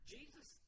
Jesus